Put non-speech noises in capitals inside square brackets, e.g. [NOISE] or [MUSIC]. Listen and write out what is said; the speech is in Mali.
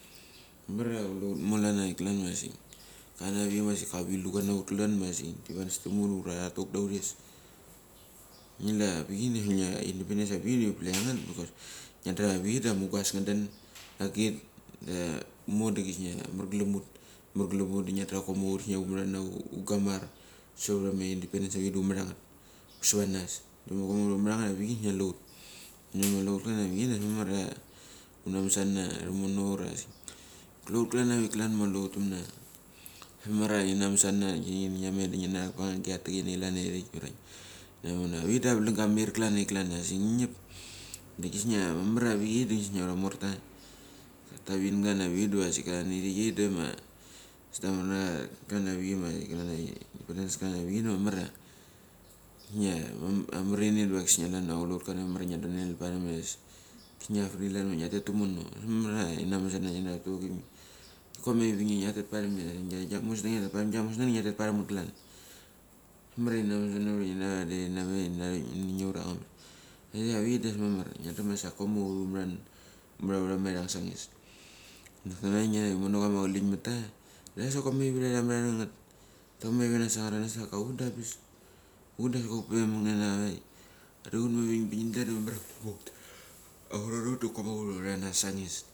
Mamar kule hutmo klan avik klan masik avilucha na hut klan masik tivanastem hut ura tatok da huras. Ngi la avichei kisnia indipendens a bichei [NOISE] huplenanget ngiandra avik amungkas ngaden agitda mo da kisnia hamarchalan hut. Marglem hut ngiadra koma hut, kisnia humarana hugamar sa hura indipendens ia humaranget savanas. Da humaranget avichei ngia lu tiut pe ma kulehut klan avicheida ambas mamar ia huna masana tomono ura. Kule hut klan avik ma kulehut tamna. Emania ngi namasana, kani nginamet nginarap pa angomee chini klande irik ura ngia manam avik da avalanga kamair klanavik klan. Asik ngingip tikisnia mamar avichei kisnia aucha morta ta ma tamet kam acharotkidiva asik klan avichei de ma soamar klan avichei ma klan indipendens klan avichei. Kisnia amarini deva kisnia kulehut mamaria ngiadonel paremes kisnia ngidonel paremes ambas mamaria tinamasana nangi ura tina gurnange. Koma ivinge ngiatet paremas, giang musneng gia musneg da ngiteti parem ngeti klan. Ambas mamar tinamasna ura tinametchrikmenange ura angabas. Ngiandra avik da ambas mamar sa kema hut humara ama irang sa ngis. Ngi lumo kama a chaling mata ia sok komara tamataravama iranget, koma kivira ta sangaranas da hut da ambas. Hut da askok upe meknanek avare, vada hut ma avingvingda mamaria koma hut, aurarovak da koma hut hutrana sangis